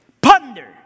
Ponder